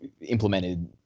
implemented